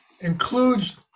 includes